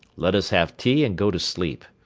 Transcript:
let us have tea and go to sleep.